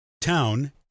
town